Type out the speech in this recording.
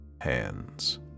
hands